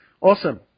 Awesome